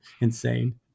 insane